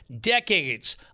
decades